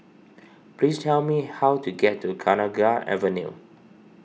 please tell me how to get to Kenanga Avenue